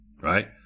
right